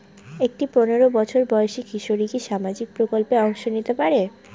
একটি পোনেরো বছর বয়সি কিশোরী কি কি সামাজিক প্রকল্পে অংশ নিতে পারে?